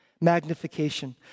magnification